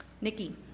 Nikki